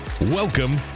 Welcome